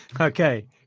Okay